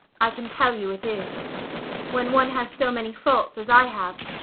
i can tell you it is when one has so many faults as i have